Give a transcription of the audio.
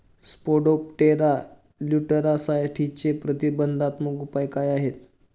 Spodoptera लिट्युरासाठीचे प्रतिबंधात्मक उपाय काय आहेत?